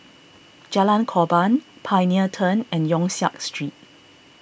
Jalan Korban Pioneer Turn and Yong Siak Street